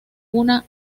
una